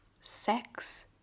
sex